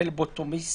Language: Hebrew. פלבוטומיסט,